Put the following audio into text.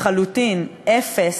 לחלוטין, אפס,